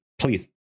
please